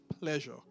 pleasure